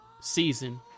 season